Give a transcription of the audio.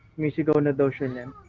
michigan abortion and